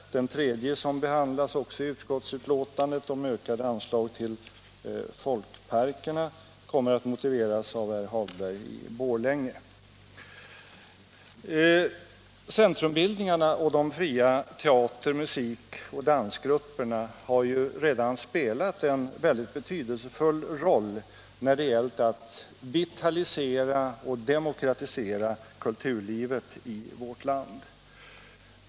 Den tredje motionen, som också behandlas 97 i utskottets betänkande och som gäller ökade anslag till folkparkerna, kommer att motiveras av herr Hagberg i Borlänge. Centrumbildningarna och de fria teater-, musikoch dansgrupperna har redan spelat en väldigt betydelsefull roll när det gällt att vitalisera och demokratisera kulturlivet i vårt land.